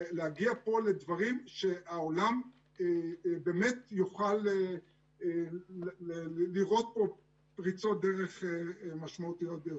להגיע פה לדברים שהעולם באמת יוכל לראות פה פריצות דרך משמעותיות ביותר.